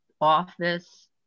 office